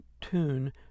tune